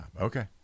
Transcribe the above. okay